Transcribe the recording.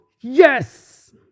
Yes